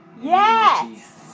Yes